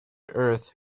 earth